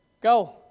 go